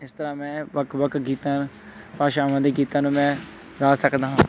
ਇਸ ਤਰ੍ਹਾਂ ਮੈਂ ਵੱਖ ਵੱਖ ਗੀਤਾਂ ਭਾਸ਼ਾਵਾਂ ਦੇ ਗੀਤਾਂ ਨੂੰ ਮੈਂ ਗਾ ਸਕਦਾ ਹਾਂ